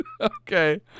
Okay